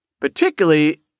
particularly